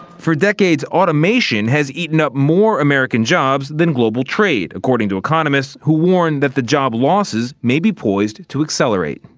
for decades, automation has eaten up more american jobs than global trade, according to economists who warn that the job losses may be poised to accelerate.